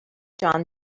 john